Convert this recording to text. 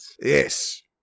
Yes